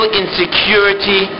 insecurity